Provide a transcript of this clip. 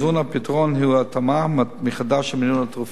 הפתרון הוא התאמה מחדש של מינון התרופה.